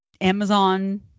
Amazon